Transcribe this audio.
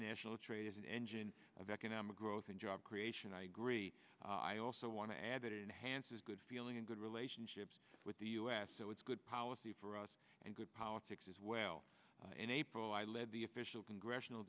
national trade is an engine of economic growth and job creation i agree i also want to add that enhanced is good feeling and good relationships with the u s so it's good policy for us and good politics as well in april i led the official congressional